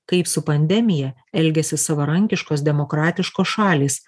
kaip su pandemija elgiasi savarankiškos demokratiškos šalys